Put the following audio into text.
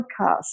podcast